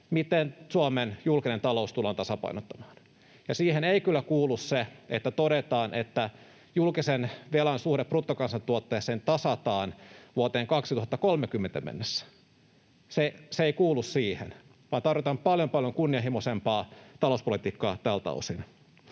miten Suomen julkinen talous tullaan tasapainottamaan. Siihen ei kyllä kuulu se, että todetaan, että julkisen velan suhde bruttokansantuotteeseen tasataan vuoteen 2030 mennessä. Se ei kuulu siihen, vaan tarvitaan paljon paljon kunnianhimoisempaa talouspolitiikkaa tältä osin.